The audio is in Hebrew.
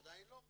עדיין לא.